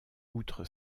outre